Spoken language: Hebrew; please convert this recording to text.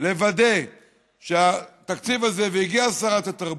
לוודא שהתקציב הזה, והגיעה שרת התרבות.